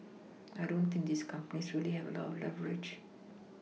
I don't think these companies really have a lot of leverage